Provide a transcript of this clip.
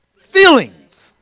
feelings